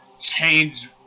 change